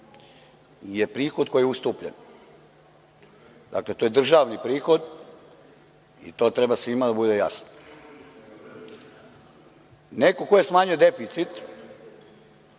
je prihod koji je ustupljen. Dakle, to je državni prihod i to treba svima da bude jasno. Neko ko je smanjio deficit,